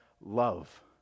love